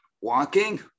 walking